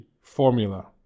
formula